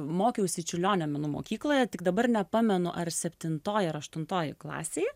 mokiausi čiurlionio menų mokykloje tik dabar nepamenu ar septintoj ar aštuntoj klasėj